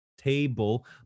table